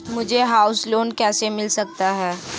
मुझे house loan कैसे मिल सकता है?